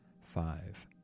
five